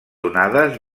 onades